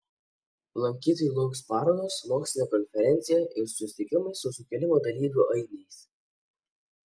lankytojų lauks parodos mokslinė konferencija ir susitikimai su sukilimo dalyvių ainiais